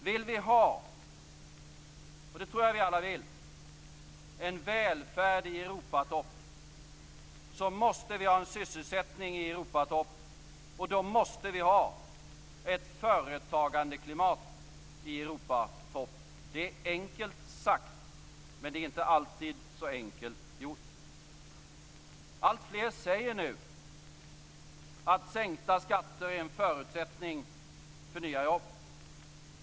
Vill vi ha - och det tror jag att vi alla vill - en välfärd i Europatopp, så måste vi ha en sysselsättning i Europatopp, och då måste vi ha ett företagandeklimat i Europatopp. Det är enkelt sagt, men det är inte alltid så enkelt gjort. Alltfler säger nu att sänkta skatter är en förutsättning för nya jobb.